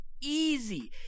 easy